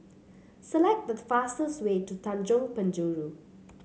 select the fastest way to Tanjong Penjuru